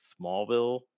smallville